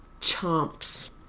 chomps